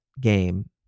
game